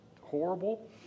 horrible